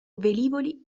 velivoli